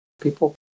people